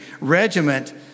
Regiment